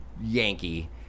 Yankee